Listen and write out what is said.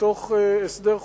בתוך הסדר חוקי?